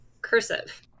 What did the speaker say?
cursive